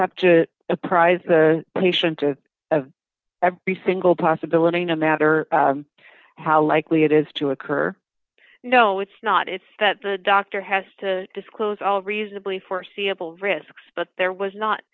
have to prise the patient of every single possibility no matter how likely it is to occur you know it's not it's that the doctor has to disclose all reasonably foreseeable risks but there was not